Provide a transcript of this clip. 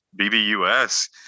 BBUS